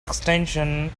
extension